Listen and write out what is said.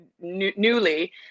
newly